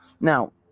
Now